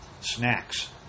snacks